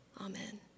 Amen